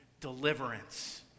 deliverance